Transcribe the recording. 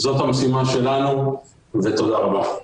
זאת המשימה שלנו ותודה רבה.